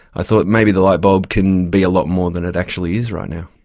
i thought maybe the lightbulb can be a lot more than it actually is right now.